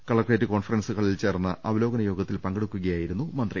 collectorate conference ഹാളിൽ ചേർന്ന അവലോകന യോഗത്തിൽ പങ്കെടുക്കുക യായിരുന്നു മന്ത്രി